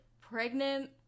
pregnant